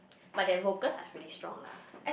but their vocals are really strong lah